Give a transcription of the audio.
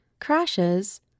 crashes